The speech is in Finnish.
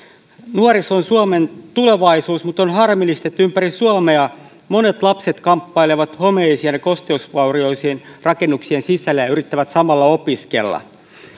nuoriso on suomen tulevaisuus mutta on harmillista että ympäri suomea monet lapset kamppailevat homeisten ja kosteusvaurioisten rakennuksien sisällä ja yrittävät samalla opiskella